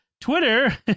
Twitter